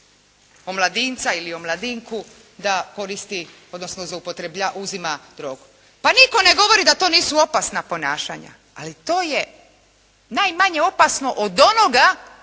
omladinca ili omladinku da koristi, odnosno da uzima drogu. Pa nitko ne govori da to nisu opasna ponašanja ali to je najmanje opasno od onoga